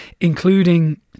including